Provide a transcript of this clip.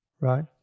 right